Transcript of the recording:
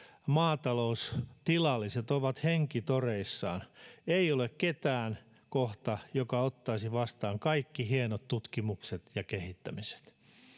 maataloustilalliset ovat henkitoreissaan ei ole kohta ketään joka ottaisi vastaan kaikki hienot tutkimukset ja kehittämiset